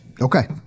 Okay